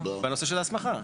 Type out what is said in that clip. בנושא של ההסכמה.